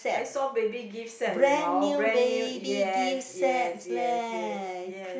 I saw baby gift set you know brand new yes yes yes yes yes